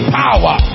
power